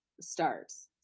starts